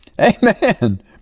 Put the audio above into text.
Amen